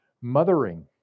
mothering